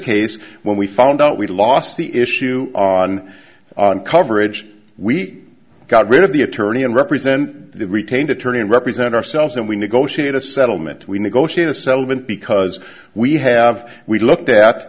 case when we found out we lost the issue on the coverage we got rid of the attorney and represent the retained attorney and represent ourselves and we negotiate a settlement we negotiate a settlement because we have we looked at